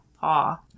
Paw